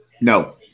No